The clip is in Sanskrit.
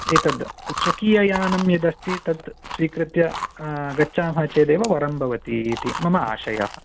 एतद् स्वकीययानं यदस्ति तद् स्वीकृत्य गच्छामः चेदेव वरं भवती इति मम आशयः